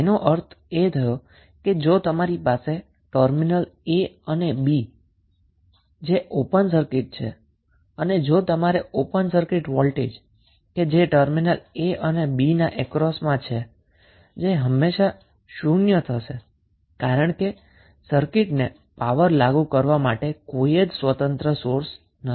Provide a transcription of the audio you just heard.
તેનો અર્થ એ થયો કે જો તમારી પાસે ટર્મિનલ a અને b ઓપન સર્કિટ તરીકે છે અને જો તમારે ટર્મિનલ a અને b ના અક્રોસમાં ઓપન સર્કિટ વોલ્ટેજ શોધવો છે તો આ હંમેશા શુન્ય થશે કારણ કે સર્કિટને પાવર લાગુ કરવા માટે કોઈ જ ઇંડિપેન્ડન્ટ સોર્સ નથી